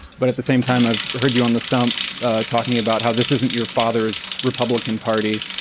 but at the same time, i've heard you on the stump talking about how this isn't your father's republican party.